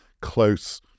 close